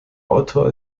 autor